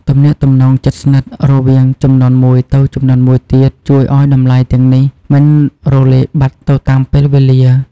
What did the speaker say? ទំនាក់ទំនងជិតស្និទ្ធរវាងជំនាន់មួយទៅជំនាន់មួយទៀតជួយឲ្យតម្លៃទាំងនេះមិនរលាយបាត់ទៅតាមពេលវេលា។